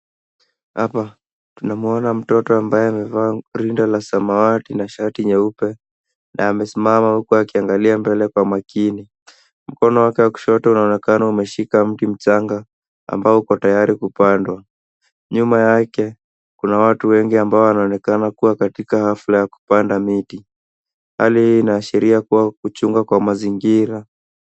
Hapa, tunamuona mtoto ambaye amevaa rinda la samawati na shati nyeupe na amesimama huku akiangalia mbele kwa makini. Mkono wake wa kushoto unaonekana umeshika mti mchanga ambao uko tayari kupandwa. Nyuma yake kuna watu wengi ambao wanaonekana kuwa katika hafla ya kupanda miti. Hali hii inaashiria kuchunga kwa mazingira.